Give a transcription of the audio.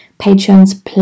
patrons